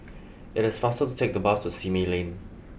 it is faster to take the bus to Simei Lane